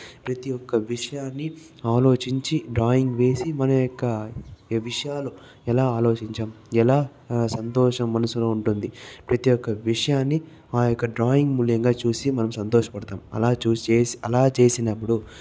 ప్రతి ఒక్క విషయాన్ని ఆలోచించి డ్రాయింగ్ వేసి మన యొక్క ఈ విషయాలు ఎలా ఆలోచించాం ఎలా సంతోషం మనసులో ఉంటుంది ప్రతి ఒక్క విషయాన్ని ఆ యొక్క డ్రాయింగ్ మూల్యంగా చూసి మనం సంతోషపడతాం అలా చూసి అలా చేసినప్పుడు